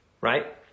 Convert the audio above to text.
right